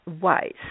wise